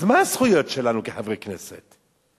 אז מה הזכויות שלנו כחברי כנסת?